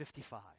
55